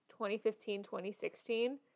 2015-2016